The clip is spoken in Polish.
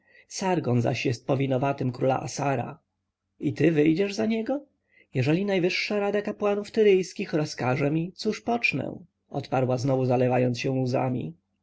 sargon zaś jest powinowatym króla assara i ty wyjdziesz za niego jeżeli najwyższa rada kapłanów tyryjskich rozkaże mi cóż pocznę odparła znowu zalewając się łzami